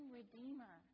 redeemer